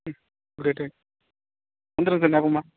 ம் க்ரேட்டு வந்துருங்க சார் ஞாபகமாக